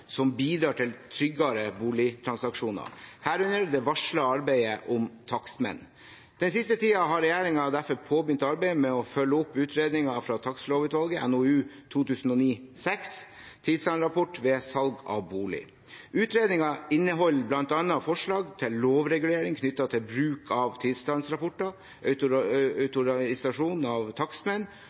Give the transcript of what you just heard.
som bidrar til tryggere boligtransaksjoner, herunder det varslede arbeidet om takstmenn. Den siste tiden har regjeringen derfor påbegynt arbeidet med å følge opp utredningen fra Takstlovutvalget, NOU 2009: 6, Tilstandsrapport ved salg av bolig. Utredningen inneholder bl.a. forslag til lovregulering knyttet til bruk av tilstandsrapporter, autorisasjon av takstmenn